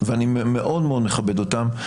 ואני מאוד מאוד מכבד אותם.